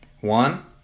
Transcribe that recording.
One